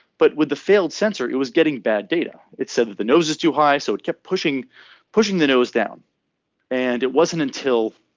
but with the failed sensor it was getting bad data. it said that the nose is too high. so it kept pushing pushing the nose down and it wasn't until